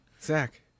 Zach